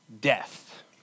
Death